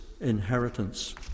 inheritance